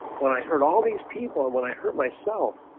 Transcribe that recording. when i heard all these people and when i hurt myself,